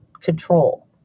control